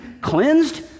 cleansed